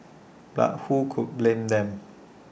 but who could blame them